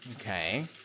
Okay